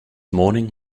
morning